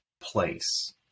place